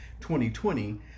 2020